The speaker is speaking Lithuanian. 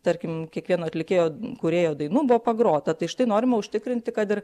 tarkim kiekvieno atlikėjo kūrėjo dainų buvo pagrota tai štai norima užtikrinti kad ir